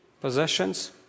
possessions